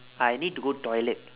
I need to go toilet